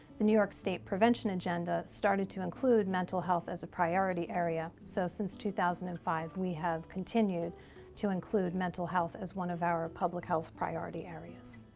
the new york state prevention agenda started to include mental health as a priority area. so, since two thousand and five, we have continued to include mental health as one of our public health priority areas.